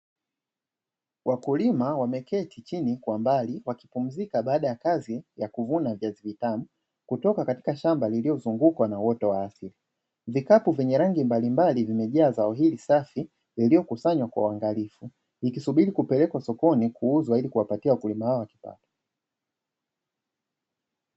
Wakulima wameketi chini kwa mbali wakipumzika baada ya kazi ya kuvuna viazi vitamu kutoka katika shamba lililozungukwa na uoto wa asili. Vikapu vyenye rangi mbalimbali vimejaa zao hili safi yaliyokusanywa kwa uangalifu ikisubiri kupelekwa sokoni kuuzwa ili kuwapatia wakulima hawa kipato.